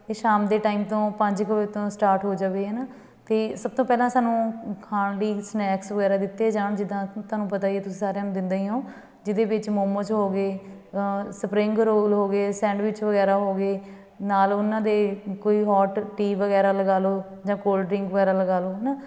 ਇਹ ਸ਼ਾਮ ਦੇ ਟਾਈਮ ਤੋਂ ਪੰਜ ਕੁ ਵਜੇ ਤੋਂ ਸਟਾਰਟ ਹੋ ਜਾਵੇ ਹੈ ਨਾ ਅਤੇ ਸਭ ਤੋਂ ਪਹਿਲਾਂ ਸਾਨੂੰ ਖਾਣ ਲਈ ਸਨੈਕਸ ਵਗੈਰਾ ਦਿੱਤੇ ਜਾਣ ਜਿੱਦਾਂ ਤੁਹਾਨੂੰ ਪਤਾ ਹੀ ਤੁਸੀਂ ਸਾਰਿਆਂ ਨੂੰ ਦਿੰਦੇ ਹੀ ਹੋ ਜਿਹਦੇ ਵਿੱਚ ਮੋਮੋਜ ਹੋ ਗਏ ਸਪਰਿੰਗ ਰੋਲ ਹੋ ਗਏ ਸੈਂਡਵਿਚ ਵਗੈਰਾ ਹੋ ਗਏ ਨਾਲ ਉਹਨਾਂ ਦੇ ਕੋਈ ਹੋਟ ਟੀ ਵਗੈਰਾ ਲਗਾ ਲਓ ਜਾਂ ਕੋਲ ਡਰਿੰਕ ਵਗੈਰਾ ਲਗਾ ਲਓ ਹੈ ਨਾ